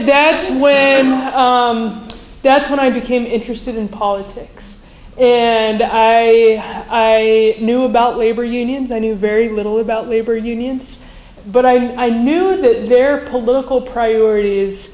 when that's when i became interested in politics and i knew about labor unions i knew very little about labor unions but i knew that their political priorit